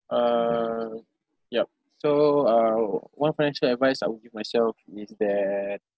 uh yup so uh one financial advice I would give myself is that